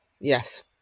Yes